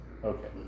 Okay